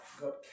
got